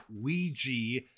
Ouija